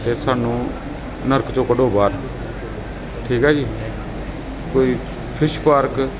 ਅਤੇ ਸਾਨੂੰ ਨਰਕ 'ਚੋਂ ਕੱਢੋ ਬਾਹਰ ਠੀਕ ਹੈ ਜੀ ਕੋਈ ਫਿਸ਼ ਪਾਰਕ